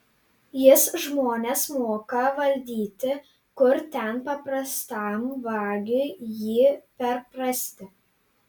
jis žmones moka valdyti kur ten paprastam vagiui jį perprasti